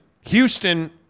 Houston